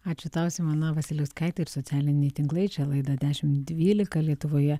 ačiū tau simona vasiliauskaitė ir socialiniai tinklai čia laida dešimt dvylika lietuvoje